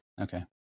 okay